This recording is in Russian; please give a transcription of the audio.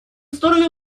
стороны